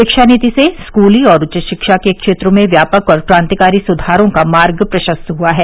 शिक्षा नीति से स्कूली और उच्च शिक्षा के क्षेत्रों में व्यापक और क्रांतिकारी सुधारों का मार्ग प्रशस्त हुआ है